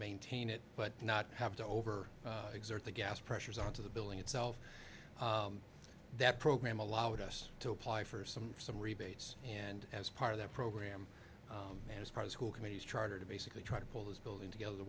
maintain it but not have to over exert the gas pressures on to the building itself that program allowed us to apply for some some rebates and as part of that program and as part of school committees charter to basically try to pull this building together the